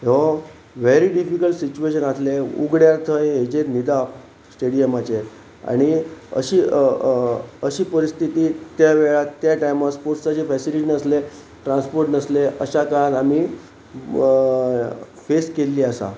हो very difficult situation आसलें उगड्यार थंय हेजेर न्हिदप स्टेडियमाचेर आनी अशी अशी परिस्थिती त्या वेळार त्या टायमार स्पोर्ट्साची फेसिलिटी नासले ट्रांसपोर्ट नासले अश काळान आमी फेस केल्ली आसा